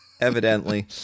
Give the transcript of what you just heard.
Evidently